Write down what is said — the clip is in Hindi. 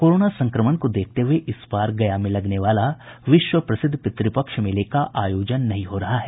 कोरोना संक्रमण को देखते हुये इस बार गया में लगने वाला विश्व प्रसिद्ध पितृपक्ष मेले का आयोजन नहीं हो रहा है